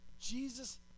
Jesus